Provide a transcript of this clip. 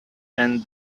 and